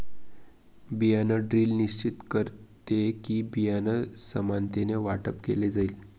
बियाण ड्रिल निश्चित करते कि, बियाणं समानतेने वाटप केलं जाईल